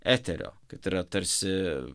eterio kad yra tarsi